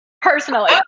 personally